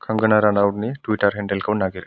कांग'ना रनौटनि टुइटार हेन्डेलखौ नागिर